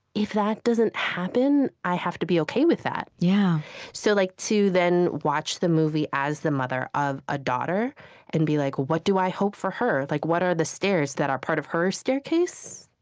if that doesn't happen, i have to be ok with that. yeah so like to then watch the movie as the mother of a daughter and be like, what do i hope for her? like what are the stairs that are part of her staircase?